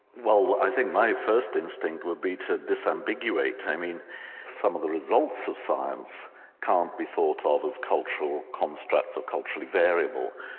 well i think my first instinct would be to disambiguate. i mean some of the results of science can't be thought ah of as cultural constructs or culturally variable.